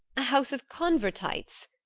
a house of convertites!